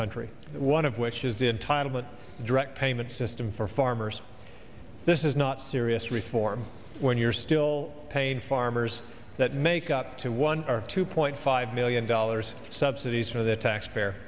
country one of which is in title a direct payment system for farmers this is not serious reform when you're still paying farmers that make up to one or two point five million dollars subsidies for that tax pair